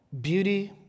beauty